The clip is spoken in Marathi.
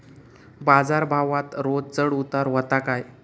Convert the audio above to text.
बाजार भावात रोज चढउतार व्हता काय?